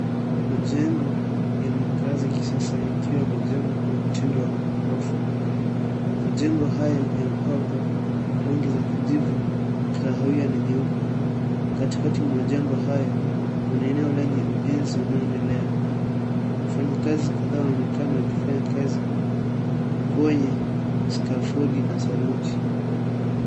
Majengo ya makazi ya kisasa yakiwa yamejengwa kwa mtindo wa ghorofa. Majengo hayo yamepakwa rangi za kijivu, kahawia, na nyeupe. Katikati mwa jengo hayo, kuna eneo lenye ujenzi unaoendelea. Wafanyikazi kadhaa wanaonekana wakifanya kazi kwenye skafodi na saruji.